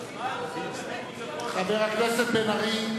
חבר הכנסת בן-ארי.